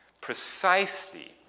precisely